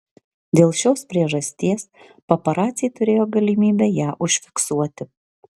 dėl šios priežasties paparaciai turėjo galimybę ją užfiksuoti